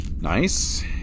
Nice